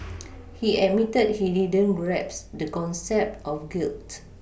he admitted he didn't grasp the concept of guilt